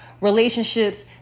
relationships